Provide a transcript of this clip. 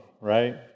right